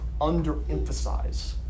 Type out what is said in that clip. underemphasize